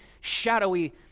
shadowy